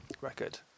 record